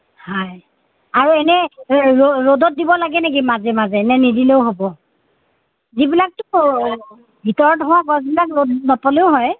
হয় আৰু এনেই ৰ'দত দিব লাগে নেকি মাজে মাজেনে নিদিলেও হ'ব যিবিলাক ভিতৰত হোৱা গছবিলাক ৰ'দত নথলেও হয়